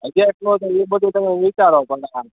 અગિયારસનું ને એ બધું તમે વિચારો